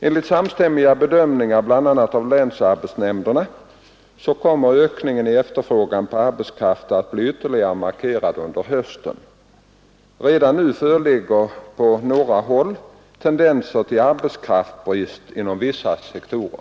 Enligt samstämmiga bedömningar bl.a. av länsarbetsnämnderna kommer ökningen i efterfrågan på arbetskraft att bli ytterligare markerad under hösten. Redan nu föreligger på några håll tendenser till arbetskraftsbrist inom vissa sektorer.